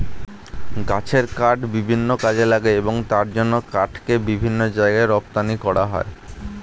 গাছের কাঠ বিভিন্ন কাজে লাগে এবং তার জন্য কাঠকে বিভিন্ন জায়গায় রপ্তানি করা হয়